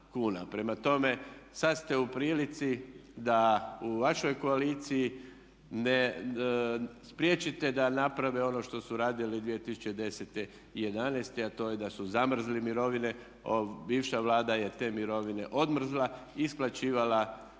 Prema tome, sad ste u prilici da u vašoj koaliciji ne spriječite da naprave ono što su radili 2010. i jedanaeste, a to je da su zamrzli mirovine. Bivša Vlada je te mirovine odmrzla i isplaćivala